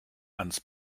ans